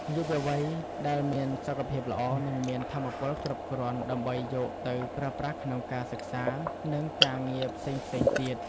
យុវវ័យដែលមានសុខភាពល្អនឹងមានថាមពលគ្រប់គ្រាន់ដើម្បីយកទៅប្រើប្រាស់ក្នុងការសិក្សានិងការងារផ្សេងៗទៀត។